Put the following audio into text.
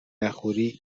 نخوری